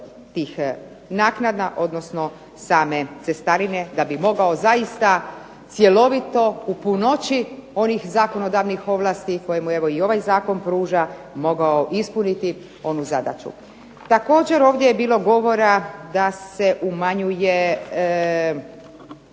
tih naknada, odnosno same cestarine da bi mogao zaista cjelovito u punoći onih zakonodavnih ovlasti koje mu evo i ovaj zakon pruža mogao ispuniti onu zadaću. Također ovdje je bilo govora da se umanjuju